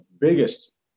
biggest